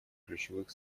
ключевых